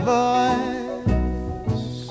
voice